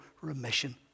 remission